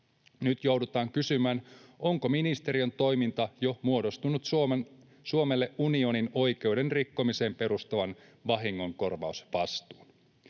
Nyt joudutaan kysymään, onko ministe-riön toiminta jo muodostanut Suomelle unionin oikeuden rikkomiseen perustuvan vahingonkorvausvastuun.